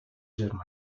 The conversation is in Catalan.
germans